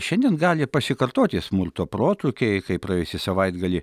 šiandien gali pasikartoti smurto protrūkiai kai praėjusį savaitgalį